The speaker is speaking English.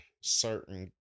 certain